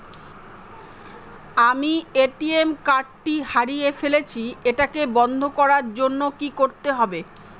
আমি ATM card টি হারিয়ে ফেলেছি এটাকে বন্ধ করার জন্য কি করতে হবে?